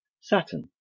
Saturn